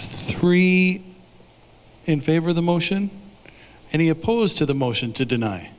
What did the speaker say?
three in favor of the motion and he opposed to the motion to deny